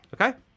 okay